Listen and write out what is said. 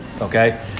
Okay